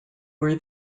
were